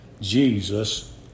Jesus